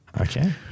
Okay